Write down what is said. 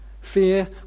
Fear